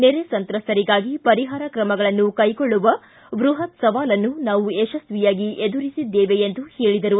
ನೆರೆ ಸಂತ್ರಸ್ತರಿಗಾಗಿ ಪರಿಹಾರ ಕ್ರಮಗಳನ್ನು ಕೈಗೊಳ್ಳುವ ಬ್ಬಹತ್ ಸವಾಲನ್ನು ನಾವು ಯಶಸ್ನಿಯಾಗಿ ಎದುರಿಸಿದ್ದೇವೆ ಎಂದು ಹೇಳಿದರು